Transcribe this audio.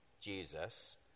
Jesus